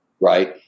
right